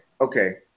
okay